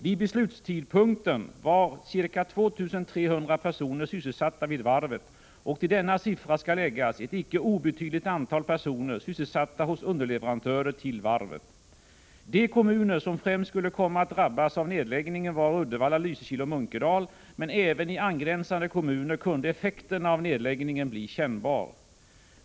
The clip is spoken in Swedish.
Vid beslutstidpunkten var ca 2 300 personer sysselsatta vid varvet, och till denna siffra skall läggas ett inte obetydligt antal personer sysselsatta hos underleverantörer till varvet. De kommuner som främst skulle komma att drabbas av nedläggningen var Uddevalla, Lysekil och Munkedal, men även i angränsande kommuner kunde effekterna av nedläggningen bli kännbara.